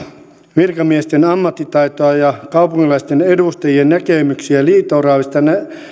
virkamiesten ammattitaitoa ja kaupunkilaisten edustajien näkemyksiä liito oravista